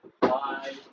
Bye